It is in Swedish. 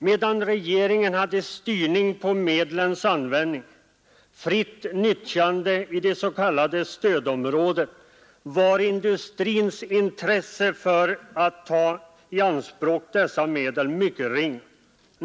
Medan regeringen hade styrning på medlens användning — endast fritt nyttjande i det s.k. stödområdet — var industrins intresse att ta medlen i anspråk mycket ringa.